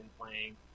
playing